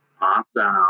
Awesome